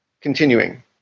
Continuing